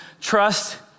Trust